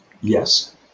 Yes